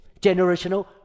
generational